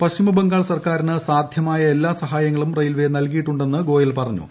പശ്ചിമ ബംഗാൾ സർക്കാരിന് സാധ്യമായ എല്ലാ സഹായങ്ങളും റെയിൽവേ നൽകിയിട്ടുണ്ടെന്ന് ഗോയൽ പറഞ്ഞു